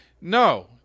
no